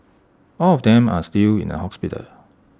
all of them are still in A hospital